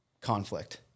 conflict